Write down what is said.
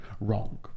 wrong